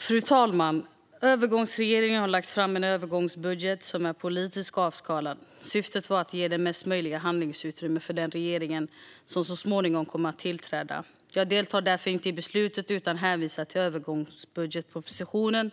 Fru talman! Övergångsregeringen har lagt fram en övergångsbudget som är politiskt avskalad. Syftet var att ge mesta möjliga handlingsutrymme för den regering som så småningom kommer att tillträda. Jag deltar därför inte i beslutet utan hänvisar till övergångsbudgetpropositionen